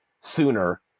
sooner